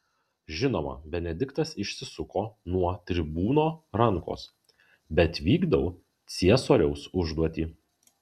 žinoma benediktas išsisuko nuo tribūno rankos bet vykdau ciesoriaus užduotį